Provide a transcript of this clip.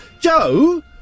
Joe